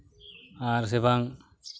ᱟᱨ ᱥᱮ ᱵᱟᱝ